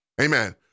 amen